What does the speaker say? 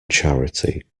charity